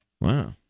Wow